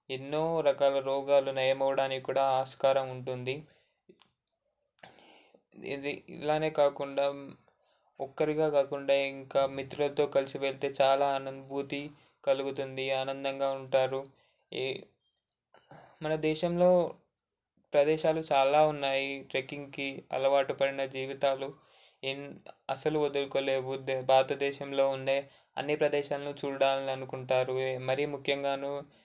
ఎన్నో రకాల రోగాలు నయమవడానికి కూడా ఆస్కారం ఉంటుంది ఇది ఇలానే కాకుండా ఒక్కరిగా కాకుండా ఇంకా మిత్రులతో కలిసి వెళితే చాలా అనుభూతి కలుగుతుంది ఆనందంగా ఉంటారు ఈ మన దేశంలో ప్రదేశాలు చాలా ఉన్నాయి ట్రెక్కింగ్కి అలవాటు పడిన జీవితాలు ఏం అసలు వదులుకోబుద్దే భారతదేశంలో ఉండే అన్ని ప్రదేశాలను చూడాలనుకుంటారు మరీ ముఖ్యంగానూ